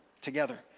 together